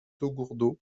taugourdeau